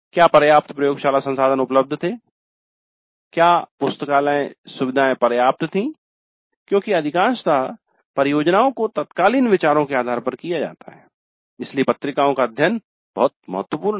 क्या पर्याप्त प्रयोगशाला संसाधन उपलब्ध थे क्या पुस्तकालय सुविधाएं पर्याप्त थीं क्योंकि अधिकांशतः परियोजनाओं को तत्कालीन विचारों के आधार पर किया जाता है इसलिए पत्रिकाओं का अध्ययन बहुत महत्वपूर्ण है